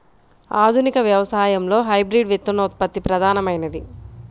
ఆధునిక వ్యవసాయంలో హైబ్రిడ్ విత్తనోత్పత్తి ప్రధానమైనది